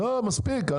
לא, מספיק.